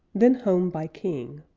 them home by king.